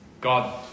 God